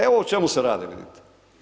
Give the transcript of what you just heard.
Evo o čemu se radi, vidite.